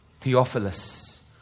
Theophilus